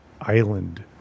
Island